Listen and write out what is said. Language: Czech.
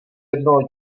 jednoho